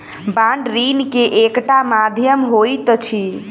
bond ऋण के एकटा माध्यम होइत अछि